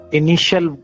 initial